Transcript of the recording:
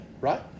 right